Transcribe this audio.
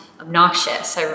obnoxious